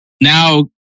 Now